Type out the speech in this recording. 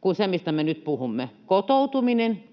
kuin se, mistä me nyt puhumme: kotoutuminen,